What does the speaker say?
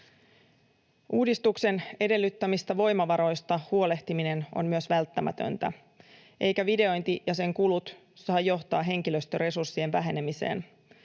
Uudistuksen edellyttämistä voimavaroista huolehtiminen on myös välttämätöntä, eivätkä videointi ja sen kulut saa johtaa henkilöstöresurssien vähenemiseen.